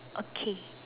okay